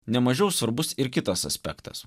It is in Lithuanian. nemažiau svarbus ir kitas aspektas